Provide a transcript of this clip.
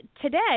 today